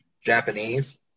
Japanese